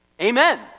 amen